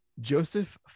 Joseph